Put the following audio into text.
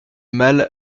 mal